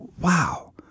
wow